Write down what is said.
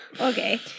Okay